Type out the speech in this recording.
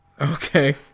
Okay